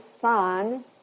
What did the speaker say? son